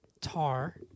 Tar